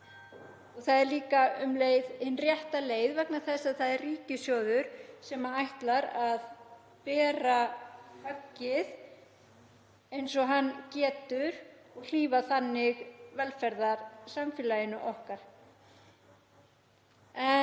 Það er þó hin rétta leið vegna þess að það er ríkissjóður sem ætlar að taka höggið eins og hann getur og hlífa þannig velferðarsamfélaginu okkar. En